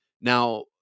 Now